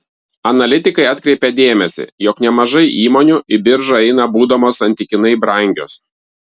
analitikai atkreipia dėmesį jog nemažai įmonių į biržą eina būdamos santykinai brangios